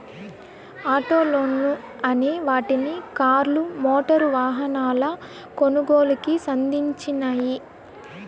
auto లోన్లు అనే వాటిని కార్లు, మోటారు వాహనాల కొనుగోలుకి సంధించినియ్యి